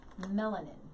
Melanin